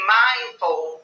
mindful